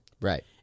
right